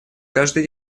каждый